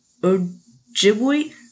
Ojibwe